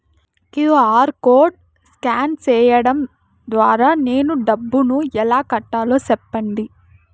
QR code scan సేయడం ద్వారా నేను డబ్బును ఎలా కట్టాలో సెప్పండి?